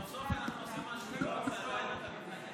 סוף-סוף אנחנו עושים משהו טוב, ועדיין אתה מתנגד.